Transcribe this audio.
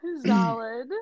Solid